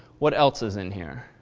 what else is in here?